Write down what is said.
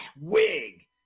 wig